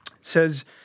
says